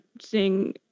seeing